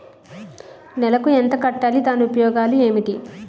నెలకు ఎంత కట్టాలి? దాని ఉపయోగాలు ఏమిటి?